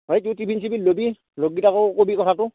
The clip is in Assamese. অঁ টিফিন চিফিন ল'বা লগগিটাকো ক'বা কথাটো